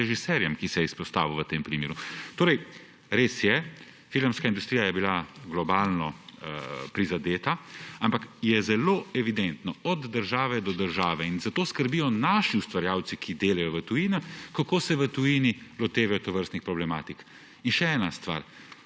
ki se je izpostavil v tem primeru. Torej, res je, filmska industrija je bila globalno prizadeta, ampak je zelo evidentno od države do države, in za to skrbijo naši ustvarjalci, ki delajo v tujini, kako se v tujini lotevajo tovrstnih problematik. Še ena stvar.